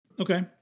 okay